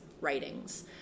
writings